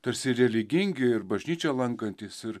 tarsi religingi ir bažnyčią lankantys ir